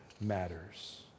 matters